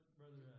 brother